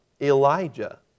Elijah